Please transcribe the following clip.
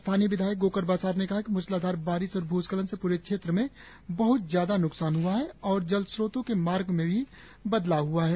स्थानीय विधायक गोकर बासार ने कहा कि मूसलाधार बारिश और भ्रस्खलन से प्रे क्षेत्र में बहत ज्यादा न्कसान हआ है और जलस्रोतो के मार्ग में भी बदलाव ह्आ है